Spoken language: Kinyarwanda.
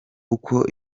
uko